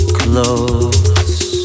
close